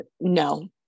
No